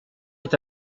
est